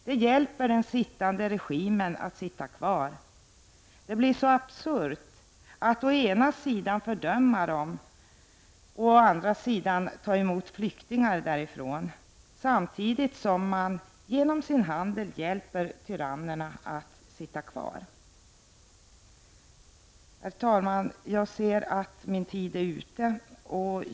Det hjälper den sittande regimen att sitta kvar. Det blir så absurt att å ena sidan fördöma ett land och att å andra sidan ta emot flyktingar därifrån, samtidigt som man genom sin handel hjälper tyrannerna att sitta kvar. Herr talman!